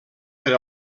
per